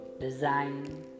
design